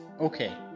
okay